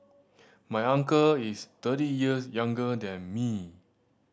my uncle is thirty years younger than me